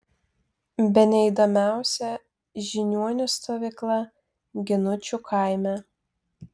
bene įdomiausia žiniuonių stovykla ginučių kaime